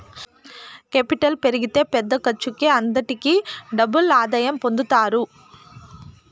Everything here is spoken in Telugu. కేపిటల్ పెరిగితే పెద్ద ఖర్చుకి అంతటికీ డబుల్ ఆదాయం పొందుతారు